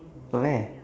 where